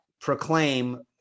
proclaim